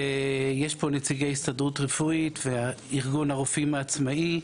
יש פה נציגי הסתדרות רפואית וארגון הרופאים העצמאי.